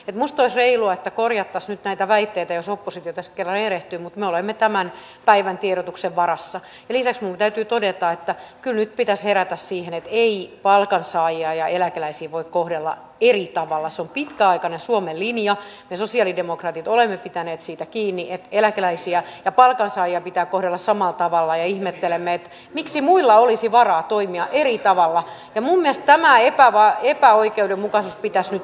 emusta on reilua korjata sitä että vaikeita jos oppositio koskevan erehtymätön olemme tämän päivän tiedotuksen varassa ylitys täytyy todeta että jo nyt pitäs herätä siihen ettei palkansaajia ja eläkeläisiin voi kohdella iltavalossa pitkäaikainen suomen linja ja sosialidemokraatit olemme pitäneet siitä kiinni ja eläkeläisiä ja palkansaajia pitää kohdella sammaltavalla ja ihmettelemme miksi muilla olisi varaa toimia eri tavalla emu miestä haittaavaa epäoikeudenmukaisesti käskyt